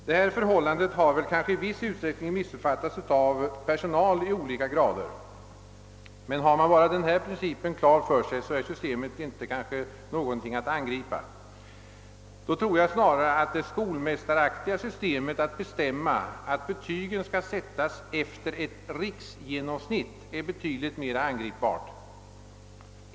Detta förhållande har kanske i viss utsträckning missuppfattats av personal i olika grader. Har man emellertid bara de nämnda principerna klara för sig, kan man knappast finna anledning att angripa systemet. Jag tror snarare att det skolmästaraktiga systemet att betygen skall sättas efter ett riksgenomsnitt är betydligt mera angripbar.